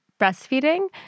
breastfeeding